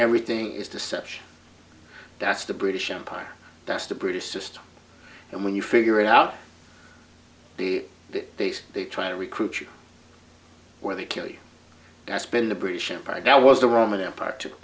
everything is deception that's the british empire that's the british system and when you figure it out the base they try to recruit you where they kill you that's been the british empire that was the roman empire too